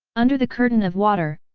under the curtain of water,